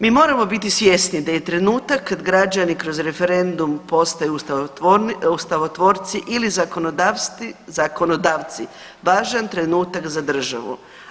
Mi moramo biti svjesni da je trenutak kad građani kroz referendum postaju ustavotvorci ili zakonodavci, važan trenutak za državu.